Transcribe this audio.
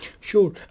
Sure